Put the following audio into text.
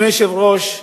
אדוני היושב-ראש,